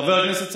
חבר הכנסת סעדי,